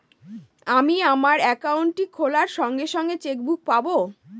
আমি আমার একাউন্টটি খোলার সঙ্গে সঙ্গে চেক বুক পাবো?